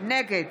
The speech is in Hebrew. נגד